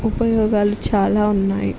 ఉపయోగాలు చాలా ఉన్నాయి